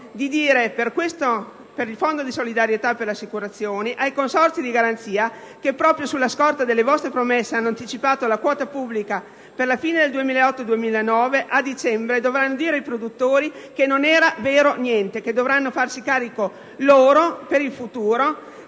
abbiate il coraggio di comunicare ai consorzi di garanzia, che proprio sulla scorta delle vostre promesse hanno anticipato la quota pubblica per la fine del 2008-2009, che a dicembre dovranno dire ai produttori che non era vero niente e che dovranno farsi carico loro per il futuro